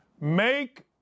make